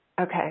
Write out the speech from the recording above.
Okay